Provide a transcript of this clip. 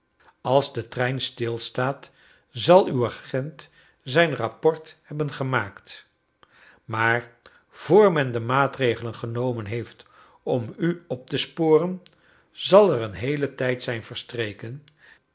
als de trein stilstaat zal uw agent zijn rapport hebben gemaakt maar vr men de maatregelen genomen heeft om u op te sporen zal er een heele tijd zijn verstreken